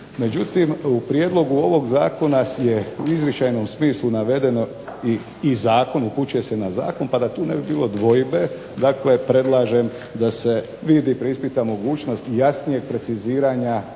Međutim u prijedlogu ovog zakona je u izričajnom smislu navedeno i zakon, upućuje se na zakon, pa da tu ne bi bilo dvojbe, dakle predlažem da se vidi, preispita mogućnost jasnijeg preciziranja,